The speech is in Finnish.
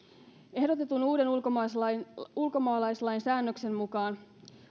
ehdotetun uuden ulkomaalaislain ulkomaalaislain säännöksen mukaan